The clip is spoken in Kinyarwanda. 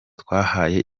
twahaye